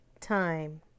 time